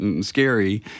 scary